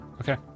Okay